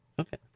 Okay